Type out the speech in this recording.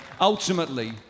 ultimately